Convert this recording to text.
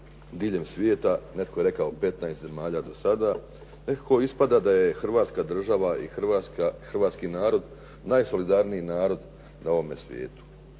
diljem svijeta netko je rekao 15 zemalja do sada, nekako ispada da je Hrvatska država i Hrvatski narod najsolidarniji narod na ovome svijetu.